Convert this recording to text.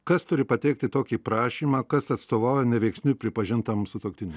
kas turi pateikti tokį prašymą kas atstovauja neveiksniu pripažintam sutuoktiniui